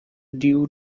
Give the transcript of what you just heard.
due